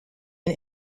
and